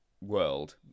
world